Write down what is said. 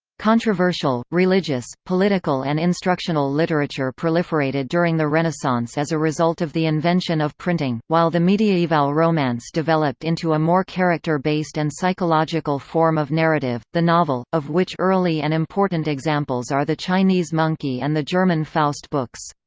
controversial, religious, political and instructional literature proliferated during the renaissance as a result of the invention of printing, while the mediaeval romance developed into a more character-based and psychological form of narrative, the novel, of which early and important examples are the chinese monkey and the german faust books.